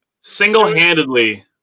Single-handedly